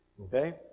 Okay